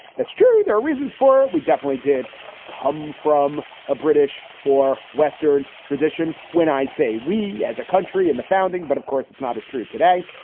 that's true. there are reasons for it. we definitely did come from a british or western tradition. when i say we as a country and the founding. but of course, it's not as true today.